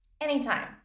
Anytime